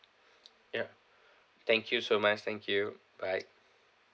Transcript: ya thank you so much thank you bye